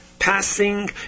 Passing